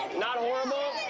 not horrible?